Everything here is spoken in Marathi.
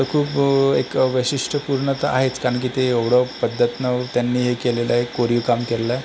तर खूप एक वैशिष्ट्यपूर्णता आहेच कारण की ते एवढं पद्धतीनं त्यांनी हे केलेलं आहे कोरीव काम केलेलं आहे